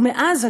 ומאז,